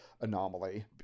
anomaly